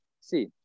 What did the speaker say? see